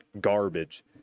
garbage